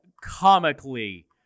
comically